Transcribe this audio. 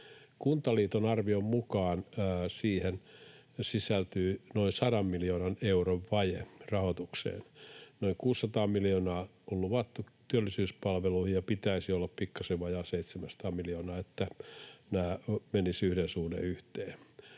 Kuntaliiton arvion mukaan siihen sisältyy noin 100 miljoonan euron vaje rahoitukseen. Noin 600 miljoonaa on luvattu työllisyyspalveluihin, ja pitäisi olla pikkasen vajaa 700 miljoonaa, että nämä menisi 1:1. Eli tämä